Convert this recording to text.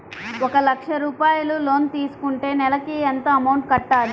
ఒక లక్ష రూపాయిలు లోన్ తీసుకుంటే నెలకి ఎంత అమౌంట్ కట్టాలి?